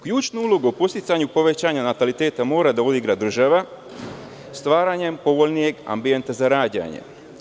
Ključnu ulogu u podsticanju povećanja nataliteta mora da vodi grad, država stvaranjem povoljnijeg ambijenta za rađanje.